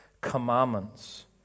commandments